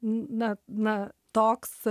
na na toks